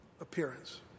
appearance